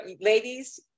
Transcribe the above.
ladies